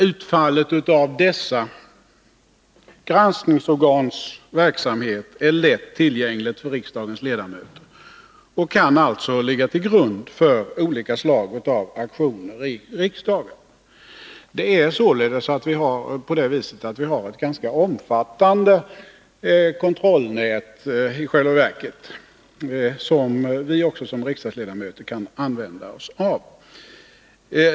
Utfallet även av dessa granskningsorgans verksamhet är lätt tillgängligt för riksdagens ledamöter och kan alltså ligga till grund för olika slag av aktioner i riksdagen. Vi har således i själva verket ett ganska omfattande kontrollnät, som vi också som riksdagsledamöter kan använda oss av.